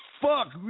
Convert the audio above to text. fuck